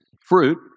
fruit